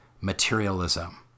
materialism